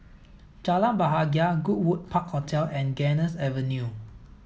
Jalan Bahagia Goodwood Park Hotel and Ganges Avenue